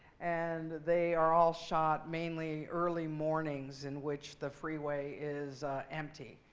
and they are all shot mainly early mornings in which the freeway is empty.